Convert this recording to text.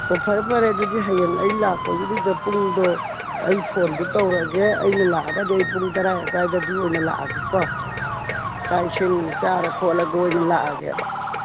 ꯑꯣ ꯐꯔꯦ ꯐꯔꯦ ꯑꯗꯨꯗꯤ ꯍꯌꯦꯡ ꯑꯩ ꯂꯥꯛꯄꯒꯤꯗꯨꯗ ꯄꯨꯡꯗꯣ ꯑꯩ ꯐꯣꯟꯗꯨ ꯇꯧꯔꯒꯦ ꯑꯩꯅ ꯂꯥꯛꯑꯒꯗꯤ ꯑꯩꯅ ꯄꯨꯡ ꯇꯔꯥꯒꯤ ꯑꯗ꯭ꯋꯥꯏꯗꯗꯤ ꯑꯣꯏꯅ ꯂꯥꯛꯑꯒꯦꯀꯣ ꯆꯥꯛ ꯏꯁꯤꯡ ꯆꯥꯔ ꯈꯣꯠꯂꯒ ꯑꯣꯏꯅ ꯂꯥꯛꯑꯒꯦꯕ